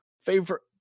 favorite